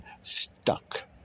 stuck